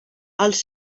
els